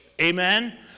Amen